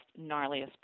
gnarliest